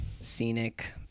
scenic